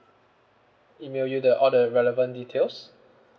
email you the all the relevant details